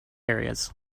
areas